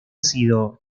sido